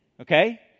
okay